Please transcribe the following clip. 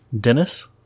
Dennis